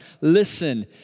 listen